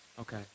Okay